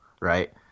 right